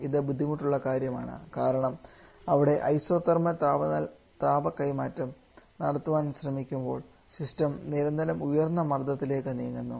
ഇത് ബുദ്ധിമുട്ടുള്ള കാര്യമാണ് കാരണം ഇവിടെ ഐസോതെർമൽ താപ കൈമാറ്റം നടത്താൻ ശ്രമിക്കുമ്പോൾ സിസ്റ്റം നിരന്തരം ഉയർന്ന മർദ്ദ മേഖലയിലേക്ക് നീങ്ങുന്നു